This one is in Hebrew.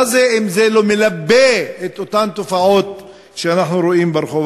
מה זה אם זה לא מלבה את אותן תופעות שאנחנו רואים ברחוב?